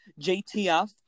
JTF